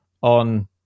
on